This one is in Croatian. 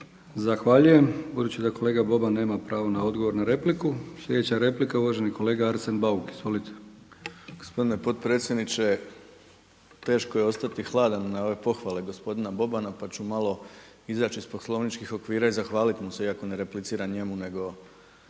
Zahvaljujem. Budući da kolega Boban nema pravo na odgovor na repliku, sljedeća replika uvaženi kolega Arsen Bauk. Izvolite. **Bauk, Arsen (SDP)** Gospodine potpredsjedniče, teško je ostati hladan na ove pohvale gospodina Bobana pa ću malo izaći iz poslovničkih okvira i zahvaliti mu se iako ne repliciram njemu nego